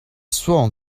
sworn